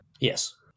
Yes